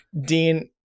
Dean